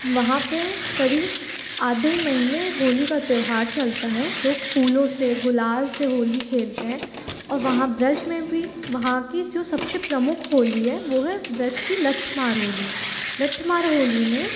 वहाँ पे करीब आधे महीने होली का त्योहार चलता है लोग फूलों से गुलाल से होली खेलते हैं और वहाँ ब्रज में भी वहाँ की जो सबसे प्रमुख होली है वो हैं ब्रज की लठमार होली लठमार होली में